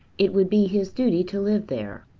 it would be his duty to live there.